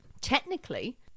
Technically